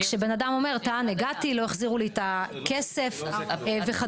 כשבן אדם טוען הגעתי לא החזירו לי את הכסף וכו'.